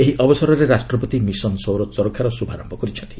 ଏହି ଅବସରରେ ରାଷ୍ଟ୍ରପତି ମିଶନ ସୌର ଚର୍ଖାର ଶୁଭାରମ୍ଭ କରିଛନ୍ତି